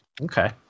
Okay